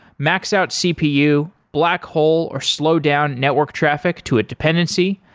max out cpu, black hole or slow down network traffic to a dependency,